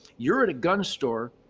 you're at a gun store,